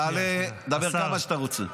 תדבר כמה שאתה רוצה.